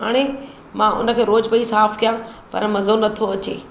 हाणे मां हुनखे रोज़ पेई साफ़ु कया पर मज़ो नथो अचे